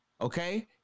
okay